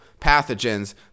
pathogens